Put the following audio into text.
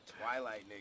Twilight